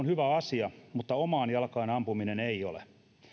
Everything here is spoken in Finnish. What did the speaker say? hyvä asia mutta omaan jalkaan ampuminen ei ole